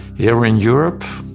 here in europe?